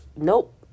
nope